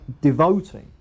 devoting